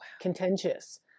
contentious